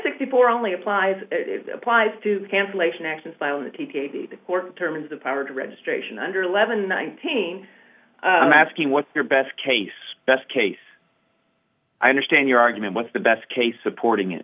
sixty four only applies applies to cancellation actions terms of power to registration under eleven nineteen i'm asking what's your best case best case i understand your argument what's the best case supporting it